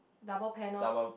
double panel